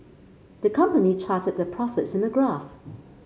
the company charted their profits in a graph